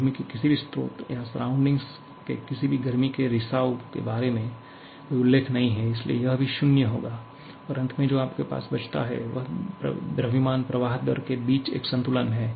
गर्मी के किसी भी स्रोत या सराउंडिंग के किसी भी गर्मी के रिसाव के बारे में कोई उल्लेख नहीं है इसलिए यह भी 0 होगा और अंत में जो आपके पास बचता हैं वह द्रव्यमान प्रवाह दर के बीच एक संतुलन है